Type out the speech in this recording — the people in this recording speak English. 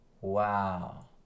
Wow